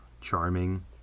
charming